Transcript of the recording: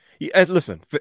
Listen